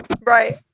right